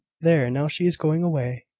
there! now she is going away.